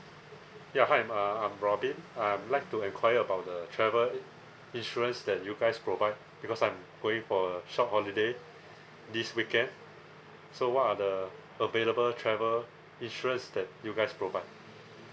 ya hi uh I'm robin I would like to enquire about the travel insurance that you guys provide because I'm going for a short holiday this weekend so what are the available travel insurance that you guys provide